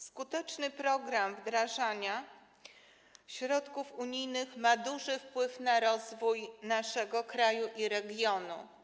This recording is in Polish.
Skuteczny program wdrażania środków unijnych ma duży wpływ na rozwój naszego kraju i regionu.